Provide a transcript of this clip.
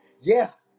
Yes